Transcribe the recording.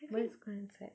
best concept